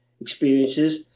experiences